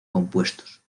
compuestos